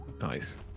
Nice